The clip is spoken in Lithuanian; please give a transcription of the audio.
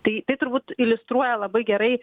tai tai turbūt iliustruoja labai gerai